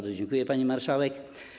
Dziękuję, pani marszałek.